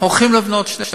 חוק ומשפט נתקבלה.